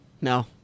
No